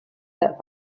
set